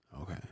Okay